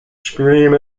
scream